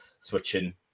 switching